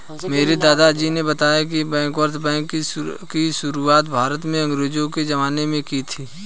मेरे दादाजी ने बताया की बैंकर्स बैंक की शुरुआत भारत में अंग्रेज़ो के ज़माने में की थी